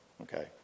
Okay